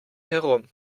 herum